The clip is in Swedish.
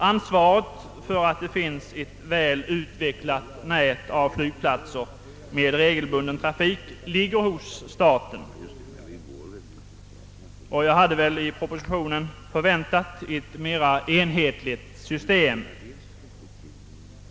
Ansvaret för att det finns ett väl utvecklat nät av flygplatser med regelbunden trafik ligger hos staten. Jag hade förväntningar om att det i propositionen skulle föreslås ett mera enhetligt system.